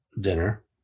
dinner